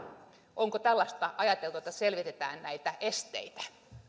onko tällaista ajateltu että selvitetään näitä esteitä